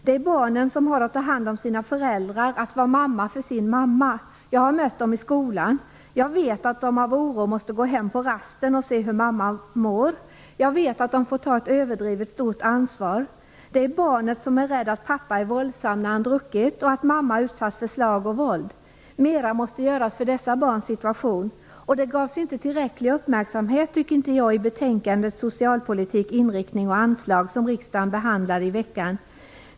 Det handlar om de barn som måste ta hand om sina föräldrar och vara mammor åt sina mammor. Jag har mött dem i skolan. Jag vet att de av oro måste gå hem på rasten för att se hur deras mammor mår. Jag vet att de får ta ett överdrivet stort ansvar. Barnen är rädda för att deras pappor är våldsamma när de har druckit och att deras mammor har utsatts för slag och våld. Det måste göras mer för dessa barns situation. Jag tycker inte att detta fick tillräcklig uppmärksamhet i betänkandet Socialpolitik - inriktning och anslag, m.m., som riksdagen behandlade i veckan.